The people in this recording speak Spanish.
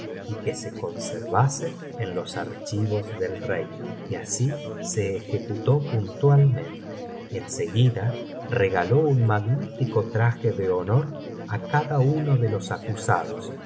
y que se conservasen en los archivos del reino y asi se ejecutó puntualmente en seguida regaló un magnífico traje de honor á cada uno de los acusadosj